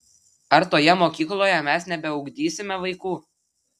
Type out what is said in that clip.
ar toje mokykloje mes nebeugdysime vaikų